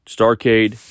Starcade